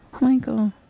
Michael